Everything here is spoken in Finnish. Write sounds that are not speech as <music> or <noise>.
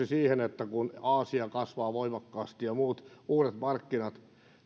<unintelligible> siihen että aasia kasvaa voimakkaasti ja muut uudet markkinat